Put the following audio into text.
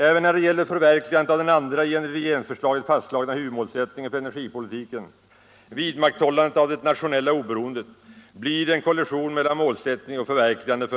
Även när det gäller förverligandet av den andra i regeringsförslaget fastlagda huvudmålsättningen för energipolitiken, vidmakthållandet av det nationella oberoendet, blir det en kollision mellan målsättning och förverkligande.